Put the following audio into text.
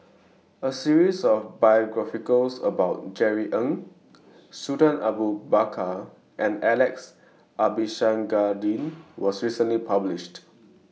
A series of biographies about Jerry Ng Sultan Abu Bakar and Alex Abisheganaden was recently published